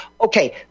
okay